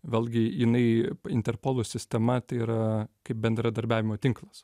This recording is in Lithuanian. vėlgi jinai interpolo sistema tai yra kaip bendradarbiavimo tinklas